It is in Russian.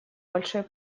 большой